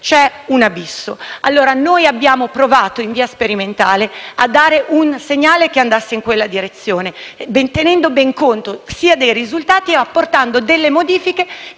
c'è un abisso. Noi abbiamo provato in via sperimentale a dare un segnale che andasse in quella direzione, tenendo ben conto dei risultati e apportando alcune modifiche